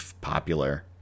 popular